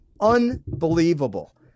unbelievable